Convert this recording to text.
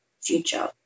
future